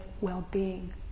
well-being